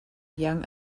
young